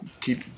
keep